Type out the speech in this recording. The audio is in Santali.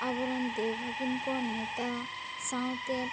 ᱟᱵᱚ ᱨᱮᱱ ᱫᱮᱣ ᱵᱷᱟᱹᱜᱤᱱ ᱠᱚ ᱱᱮᱣᱛᱟ ᱥᱟᱶᱛᱮ